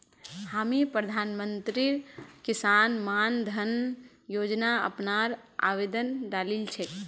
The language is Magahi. हामी प्रधानमंत्री किसान मान धन योजना अपनार आवेदन डालील छेक